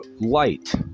light